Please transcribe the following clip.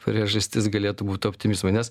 priežastis galėtų būt optimizmui nes